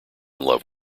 love